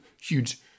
huge